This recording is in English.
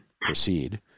proceed